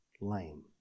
lame